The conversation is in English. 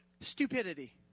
stupidity